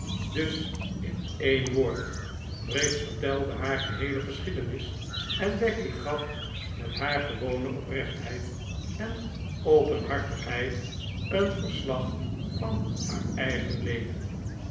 dus in een woord briggs vertelde haar geheele geschiedenis en becky gaf met haar gewone oprechtheid en openhartigheid een verslag van haar eigen leven